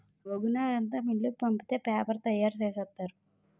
గోగునారంతా మిల్లుకు పంపితే పేపరు తయారు సేసేత్తారు